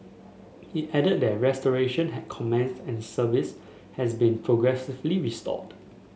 it added that restoration had commenced and service has been progressively restored